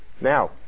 Now